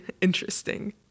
interesting